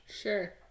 Sure